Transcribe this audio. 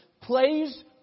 plays